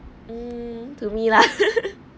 mm to me lah